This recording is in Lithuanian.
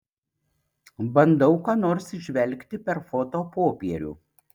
bandau ką nors įžvelgti per fotopopierių